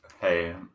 Hey